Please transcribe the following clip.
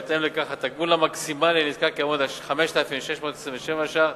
ובהתאם לכך התגמול המקסימלי לנזקק יעמוד על 5,627 שקלים,